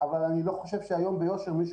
אבל אני לא חושב שהיום ביושר מישהו